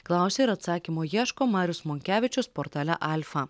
klausė ir atsakymo ieško marius monkevičius portale alfa